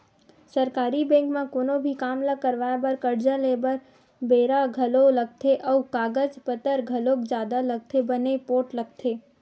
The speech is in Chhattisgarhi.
सरकारी बेंक म कोनो भी काम ल करवाय बर, करजा लेय बर बेरा घलोक लगथे अउ कागज पतर घलोक जादा लगथे बने पोठ लगथे